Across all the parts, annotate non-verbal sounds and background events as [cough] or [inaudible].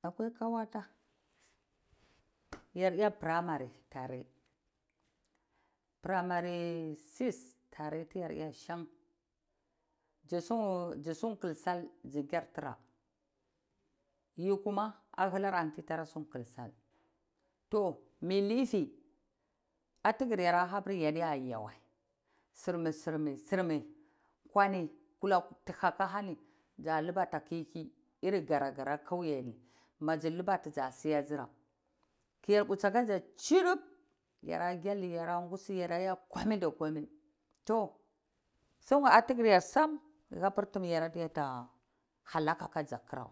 Akwai kawata yar muna tare muyi primary six tane [unintelligible] tsi-kl sal ka kyartira, yi kuma ahilani ti siya ku su, to bilofi ahikiri habir yada yawa, sirmi sirmi kwani kamor tuhuku hani saliba ta kurki ti dara laba hanini, labati tsasiyasira yar buksi kasa strimp kydi yara kusi yara komita komi da komai, to [unintelligible] atigini habir yarata bala hilika kurawa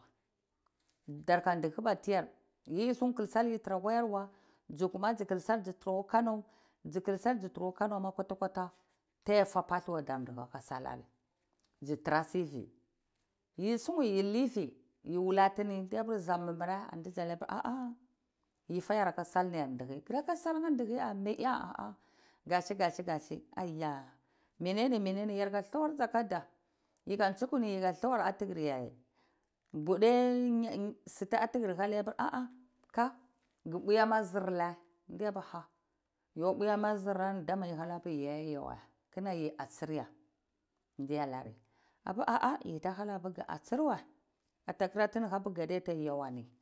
tarka tihiba tiyar ti siya kol sal yitra ka yarwa tsu kuma su kl sal su tra kwa kano, tsu kl sal sitra ka kanoma ta fabaluwa tar tihi ka salni tsutrasii yi sifi uliji yi walatini amimire a yifa yaka salna yarhihi, mi a kashi kashi [unintelligible] ai ya mene-mene ani yarka thlawarsi akaza yi ka tsukuni ka thlawur atikini bude [unintelligible] sutu atigri hanai ku uwema sirray tiyabir a'a ya uwema sir ray dame yi hanakabir yadayawa una yi asirya diy alari adebir asirwa tihabir kadeda yawani.